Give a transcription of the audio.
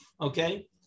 okay